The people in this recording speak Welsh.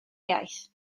iaith